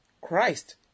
Christ